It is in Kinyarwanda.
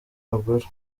aguero